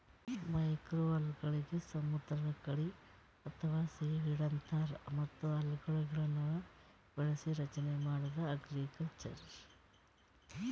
ಮೈಕ್ರೋಅಲ್ಗೆಗಳಿಗ್ ಸಮುದ್ರದ್ ಕಳಿ ಅಥವಾ ಸೀವೀಡ್ ಅಂತಾರ್ ಮತ್ತ್ ಅಲ್ಗೆಗಿಡಗೊಳ್ನ್ ಬೆಳಸಿ ರಚನೆ ಮಾಡದೇ ಅಲ್ಗಕಲ್ಚರ್